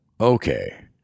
okay